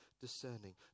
discerning